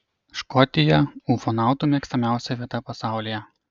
škotija ufonautų mėgstamiausia vieta pasaulyje